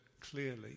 clearly